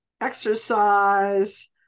exercise